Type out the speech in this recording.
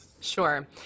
sure